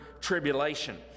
tribulation